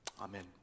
Amen